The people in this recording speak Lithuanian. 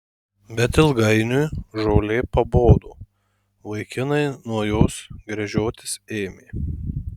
bet ilgainiui žolė pabodo vaikinai nuo jos gręžiotis ėmė